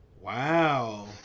Wow